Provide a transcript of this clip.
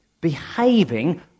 behaving